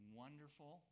wonderful